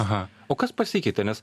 aha o kas pasikeitė nes